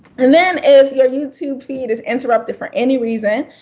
and then if your youtube feed is interrupted for any reason,